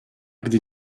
gdy